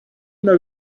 know